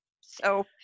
So-